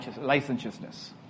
licentiousness